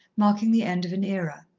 marking the end of an era.